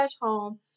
home